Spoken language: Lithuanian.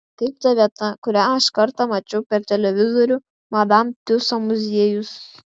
kaip ta vieta kurią aš kartą mačiau per televizorių madam tiuso muziejus